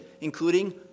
including